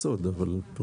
שלך.